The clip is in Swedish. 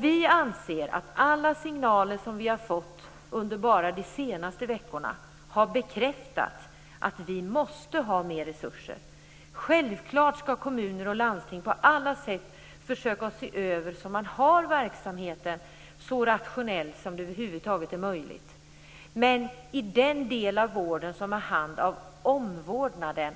Vi anser att alla signaler som vi har fått under bara de senaste veckorna har bekräftat att det måste ges mer resurser till detta. Självklart skall kommuner och landsting på alla sätt försöka att se till att man har en så rationell verksamhet som över huvud taget är möjlig, men i den del av vården som gäller omvårdnaden